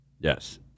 Yes